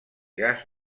gas